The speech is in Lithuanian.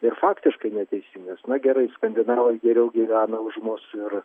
ir faktiškai neteisingas na gerai skandinavai geriau gyvena už mus ir